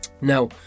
Now